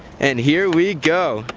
and here we go.